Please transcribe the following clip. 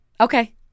Okay